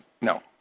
No